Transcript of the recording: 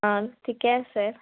অঁ ঠিকে আছে